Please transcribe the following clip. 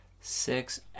six